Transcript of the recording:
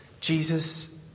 Jesus